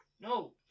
No